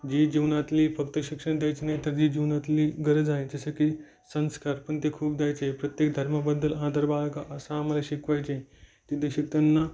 जी जीवनातली फक्त शिक्षण द्यायचे नाही तर जी जीवनातली गरज आहे जसं की संस्कार पण ते खूप द्यायचे प्रत्येक धर्माबद्दल आदर बाळगा असं आम्हाला शिकवायचे तिथे शिकताना